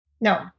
No